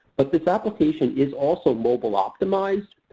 but this application is also mobile-optimized.